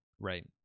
Right